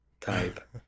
type